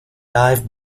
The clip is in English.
dive